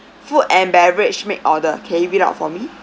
food and beverage make order can you read out for me